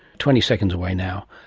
twenty seconds away now.